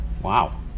Wow